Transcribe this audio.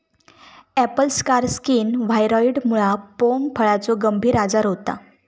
Apple scar skin व्हायरॉइडमुळा pome फळाचो गंभीर आजार होता